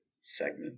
segment